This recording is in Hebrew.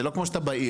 זה לא כמו שאתה בעיר,